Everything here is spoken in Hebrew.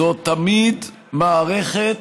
זו תמיד מערכת